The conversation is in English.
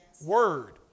Word